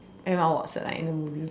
Emma Watson like in the movie